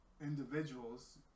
individuals